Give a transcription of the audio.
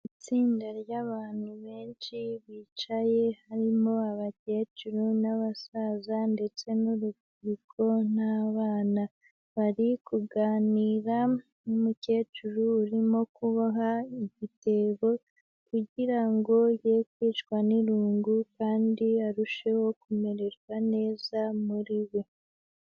Itsinda ry'abantu benshi bicaye, harimo abakecuru n'abasaza, ndetse n'urubyiruko n'abana. Bari kuganira n'umukecuru urimo kuboha igitebo, kugira ngo ye kwicwa n'irungu, kandi arusheho kumererwa neza muri we.